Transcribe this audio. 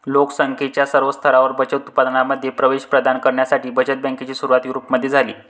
लोक संख्येच्या सर्व स्तरांवर बचत उत्पादनांमध्ये प्रवेश प्रदान करण्यासाठी बचत बँकेची सुरुवात युरोपमध्ये झाली